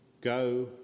go